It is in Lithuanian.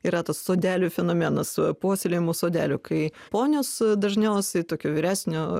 yra tas sodelių fenomenas puoselėjamų sodelių kai ponios dažniausiai tokio vyresnio